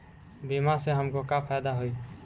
बीमा से हमके का फायदा होई?